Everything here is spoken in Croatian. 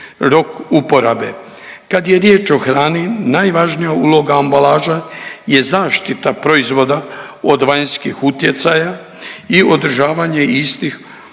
rok uporabe. Kad je riječ o hrani najvažnija uloga ambalaže je zaštita proizvoda od vanjskih utjecaja i održavanje istih u